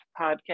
podcast